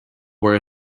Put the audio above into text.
were